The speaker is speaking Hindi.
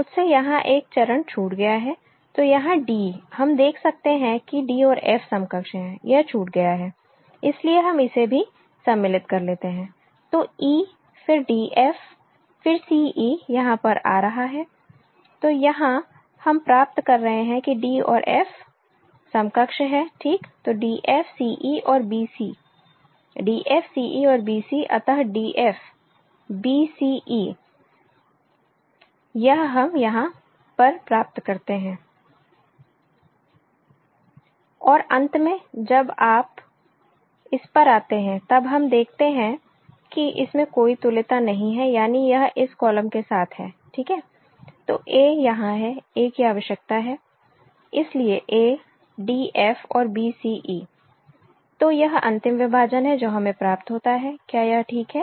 मुझसे यहां एक चरण छूट गया है तो यहां d हम देख सकते हैं कि d और f समकक्ष है यह छूट गया है इसलिए हम इसे भी सम्मिलित कर लेते हैं तो e फिर df फिर ce यहां पर आ रहा है तो यहां हम प्राप्त कर रहे हैं कि d और f समकक्ष है ठीक तो df ce और bc df ce और bc अतः df bce यह हम यहां पर प्राप्त करते हैं और अंत में जब आप इस पर आते हैं तब हम देखते हैं कि इसमें कोई तुल्यता नहीं है यानी यह इस कॉलम के साथ है ठीक है तो a यहां है a की आवश्यकता है इसलिए a df और bce तो यह अंतिम विभाजन है जो हमें प्राप्त होता है क्या यह ठीक है